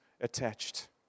attached